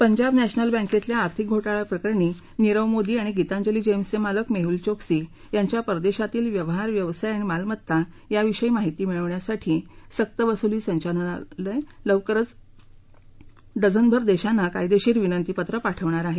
Punjab national बैंकेतील आर्थिक घोटाळा प्रकरणात नीरव मोदी आणि गितांजली जेम्सचे मालक मेहल चोक्सी यांच्या परदेशातील व्यवहार व्यवसाय आणि मालमत्ता यांविषयी माहिती मिळवण्यासाठी सक्तवसूली सचालनालय लवकरच डझनभर देशांना कायदेशीर विनंतीपत्रं पाठवणार आहे